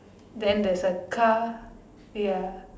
then there is a car ya